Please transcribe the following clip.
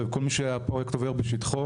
כל מי שהפרויקט עובר בשטחו,